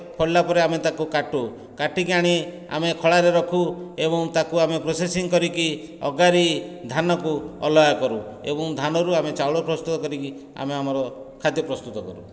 ଫଳିଲା ପରେ ଆମେ ତାକୁ କାଟୁ କାଟିକି ଆଣି ଆମେ ଖଳା ରେ ରଖୁ ଏବଂ ତାକୁ ଆମେ ପ୍ରୋସେସିଙ୍ଗ କରିକି ଅଗାଡ଼ି ଧାନକୁ ଅଲଗା କରୁ ଏବଂ ଧାନରୁ ଆମେ ଚାଉଳ ପ୍ରସ୍ତୁତ କରିକି ଆମେ ଆମର ଖାଦ୍ୟ ପ୍ରସ୍ତୁତ କରୁ